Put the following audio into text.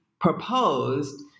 proposed